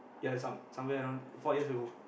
ya some some where around four years ago